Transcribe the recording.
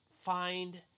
find